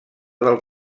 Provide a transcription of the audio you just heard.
del